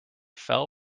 fell